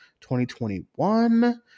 2021